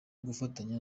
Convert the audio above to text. gufatanya